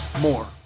more